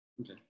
Okay